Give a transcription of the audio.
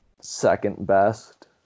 second-best